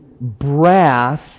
brass